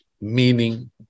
meaning